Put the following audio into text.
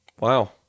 Wow